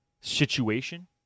situation